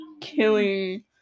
killing